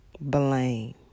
Blame